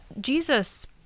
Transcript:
Jesus